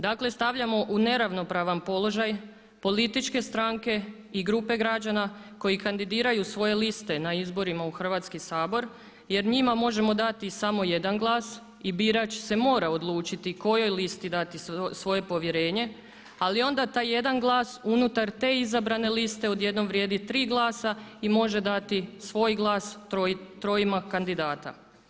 Dakle stavljamo u neravnopravan položaj političke stranke i grupe građana koji kandidiraju svoje liste na izborima u Hrvatski sabor jer njima možemo dati samo jedan glas i birač se mora odlučiti kojoj listi dati svoje povjerenje, ali onda taj jedan glas unutar te izabrane liste odjednom vrijedi tri glasa i može dati svoj glas trojima kandidata.